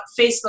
Facebook